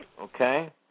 okay